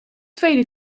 tweede